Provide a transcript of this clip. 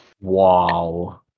Wow